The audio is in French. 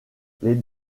les